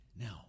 Now